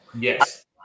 Yes